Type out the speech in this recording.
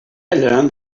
learned